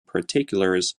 particulars